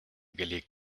gelegt